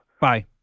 Bye